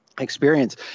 experience